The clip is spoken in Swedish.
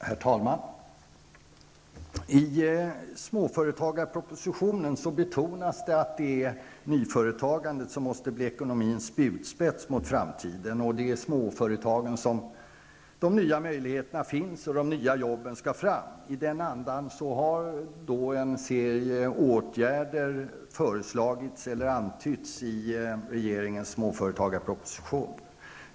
Herr talman! I småföretagarpropositionen betonas att det är nyföretagandet som måste bli ekonomins spjutspets mot framtiden. Det är i småföretagen som de nya möjligheterna finns. Där skall de nya arbetena fram. I den andan har då en serie åtgärder föreslagits eller antytts i regeringens småföretagarproposition.